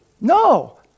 No